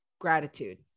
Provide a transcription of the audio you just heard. Gratitude